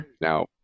Now